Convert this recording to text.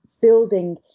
building